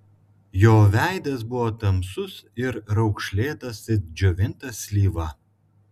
jo veidas buvo tamsus ir raukšlėtas it džiovinta slyva